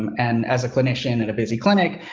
um and as a clinician at a busy clinic,